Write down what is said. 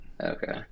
okay